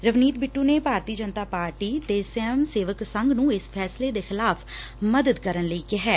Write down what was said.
ਰਵਨੀਤ ਬਿੱਟੁ ਨੇ ਭਾਰਤੀ ਜਨਤਾ ਪਾਰਟੀ ਤੇ ਸਵੈਮ ਸੇਵਕ ਸੰਘ ਨੂੰ ਇਸ ਫੈਸਲੇ ਦੇ ਖਿਲਾਫ਼ ਮਦਦ ਕਰਨ ਲਈ ਕਿਹੈ